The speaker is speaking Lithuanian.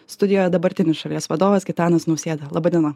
studijoje dabartinis šalies vadovas gitanas nausėda laba diena